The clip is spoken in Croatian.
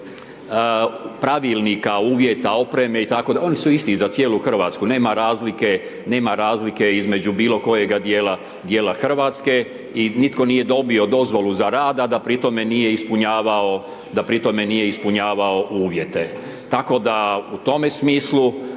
pravilnika uvjeta, opreme itd., oni su isti za cijelu Hrvatsku, nema razlike, nema razlike između bilo kojega dijela Hrvatske i nitko nije dobio dozvolu za rad a da pri tome nije ispunjavao uvjete. Tako da u tome smislu